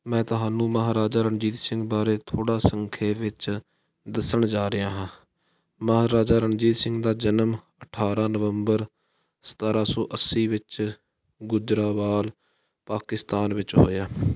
ਮੈਂ ਤੁਹਾਨੂੰ ਮਹਾਰਾਜਾ ਰਣਜੀਤ ਸਿੰਘ ਬਾਰੇ ਥੋੜ੍ਹਾ ਸੰਖੇਪ ਵਿੱਚ ਦੱਸਣ ਜਾ ਰਿਹਾ ਹਾਂ ਮਹਾਰਾਜਾ ਰਣਜੀਤ ਸਿੰਘ ਦਾ ਜਨਮ ਅਠਾਰ੍ਹਾਂ ਨਵੰਬਰ ਸਤਾਰ੍ਹਾਂ ਸੌ ਅੱਸੀ ਵਿੱਚ ਗੁੱਜਰਾਂਵਾਲ ਪਾਕਿਸਤਾਨ ਵਿੱਚ ਹੋਇਆ